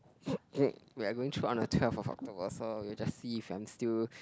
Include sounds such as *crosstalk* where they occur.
*noise* we are going to on a twelve of October so we just see if I'm still